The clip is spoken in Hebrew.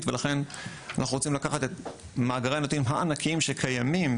ולכן אנחנו רוצים לקחת את מאגרי הנתונים הענקיים שקיימים,